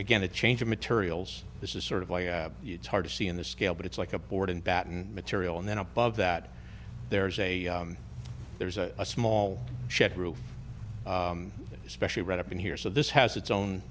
again a change of materials this is sort of like it's hard to see in the scale but it's like a board and batten material and then above that there's a there's a small shed roof especially right up in here so this has its own